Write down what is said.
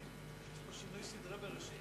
אדוני היושב-ראש,